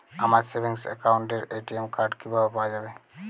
আমার সেভিংস অ্যাকাউন্টের ATM card কিভাবে পাওয়া যাবে?